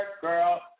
girl